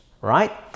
right